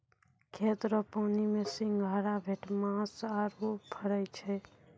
खेत रो पानी मे सिंघारा, भेटमास आरु फरै छै